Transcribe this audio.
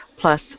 Plus